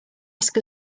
ask